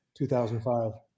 2005